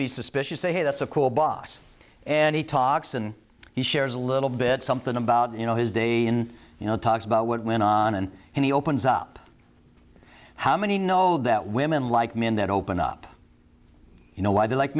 be suspicious say hey that's a cool boss and he talks and he shares a little bit something about you know his day in you know talks about what went on and he opens up how many know that women like men that open up you know why they like